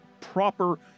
proper